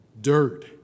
Dirt